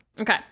Okay